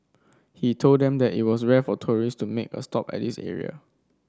he told them that it was rare for tourist to make a stop at this area